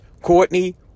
Courtney